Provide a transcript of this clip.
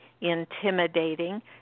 intimidating